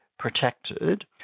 protected